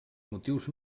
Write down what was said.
motius